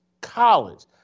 college